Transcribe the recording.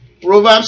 Proverbs